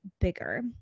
bigger